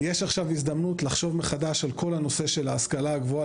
יש עכשיו הזדמנות לחשוב מחדש על כל הנושא של ההשכלה הגבוהה,